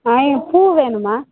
ஆ எனக்கு பூ வேணும்மா